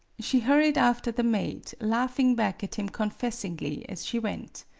she hurried after the maid, laughing back at him confessingly as she went.